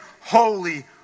Holy